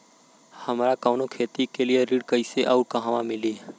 हमरा कवनो खेती के लिये ऋण कइसे अउर कहवा मिली?